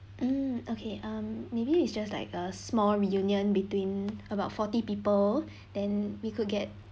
mm okay um maybe it's just like a small reunion between about forty people then we could get